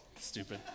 Stupid